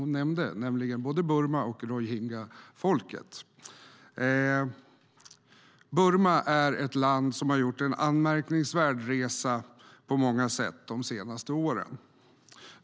Hon nämnde nämligen både Burma och rohingyafolket. Burma är ett land som har gjort en anmärkningsvärd resa på många sätt de senaste åren.